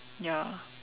ya